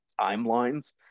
timelines